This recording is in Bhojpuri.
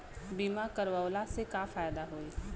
बीमा करवला से का फायदा होयी?